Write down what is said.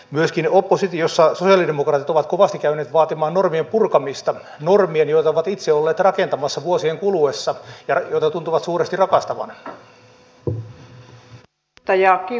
myöskin oppositiossa sosialidemokraatit ovat kovasti käyneet vaatimaan normien purkamista normien joita ovat itse olleet rakentamassa vuosien kuluessa ja joita tuntuvat suuresti rakastavan